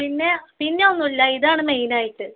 പിന്നെ പിന്നൊന്നുമില്ല ഇതാണ് മെയിനായിട്ട്